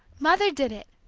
mother did it,